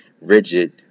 rigid